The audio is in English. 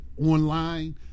online